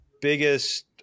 biggest